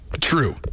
True